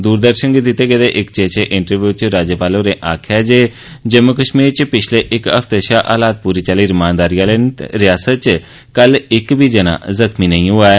दूरदर्शन गी दिते गेदे इक चेचे ईंटरव्यू च राज्यपाल होरें आक्खेया ऐ जे जम्मू कश्मीर च पिच्छले इक हफ्ते शा हालात पूरी चाल्ली रमानदारी आहले न ते रियासत च कल इक बी जना जख्मी नेंई होआ ऐ